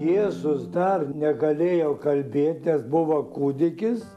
jėzus dar negalėjo kalbėti nes buvo kūdikis